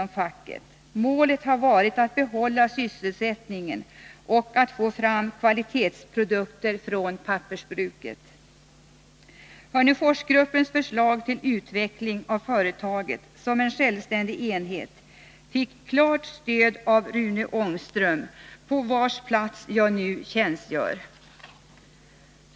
Målet har varit att behålla sysselsättningen och att få fram kvalitetsprodukter från pappersbruket. Hörneforsgruppens förslag till utveckling av företaget som en självständig enhet fick klart stöd av Rune Ångström, på vars plats jag nu tjänstgör.